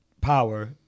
power